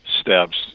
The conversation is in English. steps